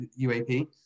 UAP